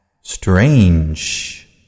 Strange